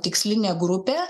tikslinė grupė